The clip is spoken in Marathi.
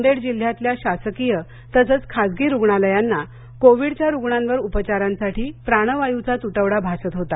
नांदेड जिल्ह्यातल्या शासकीय तसंच खासगी रुग्णालयांना कोविडच्या रुग्णांवर उपचारांसाठी प्राणवायूचा तुटवडा भासत होता